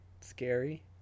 scary